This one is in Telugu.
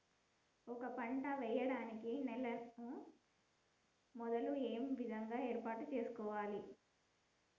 ఒక పంట వెయ్యడానికి నేలను మొదలు ఏ విధంగా ఏర్పాటు చేసుకోవాలి?